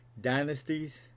dynasties